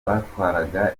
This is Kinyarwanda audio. batwaraga